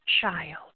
child